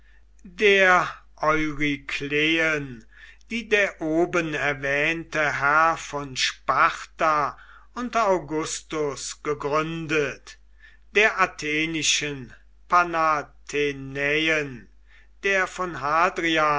eurykleen die der oben erwähnte herr von sparta unter augustus gegründet der athenischen panathenaeen der von